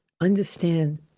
understand